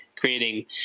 creating